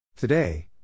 Today